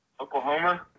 Oklahoma